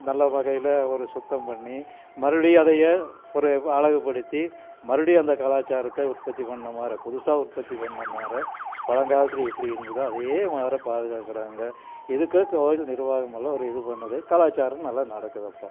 நல்ல வகையில ஒரு சுத்தம் பண்ணி மறுபடியும் அதையே ஒரு அழகுப்படுத்தி மறுபுடியும் அந்த கலாச்சாரத்தை உற்பத்தி பண்ண மார புதுசாக உற்பத்தி பண்ண மார பழங்காலத்தில் எப்படி இருந்ததோ அதே மார பாதுகாக்கிறாங்க இதுக்கு கோவில் நிர்வாகமெல்லாம் ஒரு இது பண்ணுது கலாச்சாரமும் நல்லா நடக்குதுபா